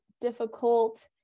difficult